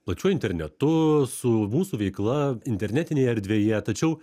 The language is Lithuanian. pačiu internetu su mūsų veikla internetinėje erdvėje tačiau